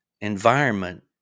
environment